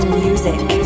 music